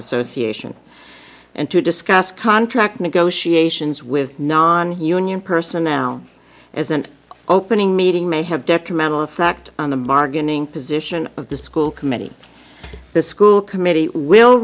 association and to discuss contract negotiations with non union personnel as an opening meeting may have detrimental effect on the bargaining position of the school committee the school committee will